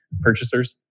purchasers